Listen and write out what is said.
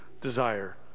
desire